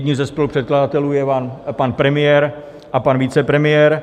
Jedním ze spolupředkladatelů je pan premiér a pan vicepremiér.